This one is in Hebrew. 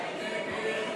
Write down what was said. הצעת סיעות